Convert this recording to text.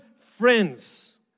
friends